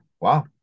Wow